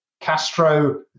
Castro